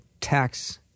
tax